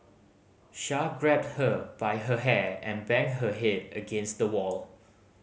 Char grabbed her by her hair and banged her head against the wall